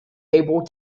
able